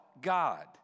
God